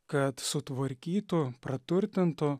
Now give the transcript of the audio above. kad sutvarkytų praturtintų